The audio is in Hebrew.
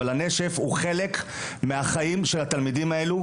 אבל הנשף הוא חלק מהחיים של התלמידים האלו,